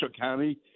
County